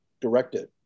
directed